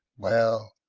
well,